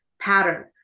pattern